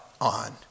on